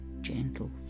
gentle